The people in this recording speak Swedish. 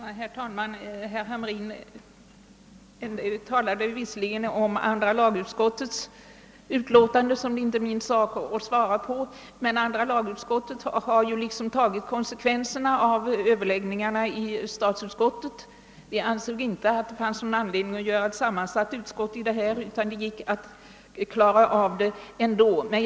Herr talman! Herr Hamrin i Kalmar talade visserligen om andra lagutskottets utlåtande, som det inte är min sak att svara för. Men andra lagutskottet har ju tagit konsekvenserna av överläggningarna i statsutskottet. Vi ansåg att det inte fanns någon anledning att ha ett sammansatt utskott, utan det gick att klara av behandlingen ändå.